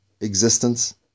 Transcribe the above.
existence